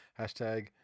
Hashtag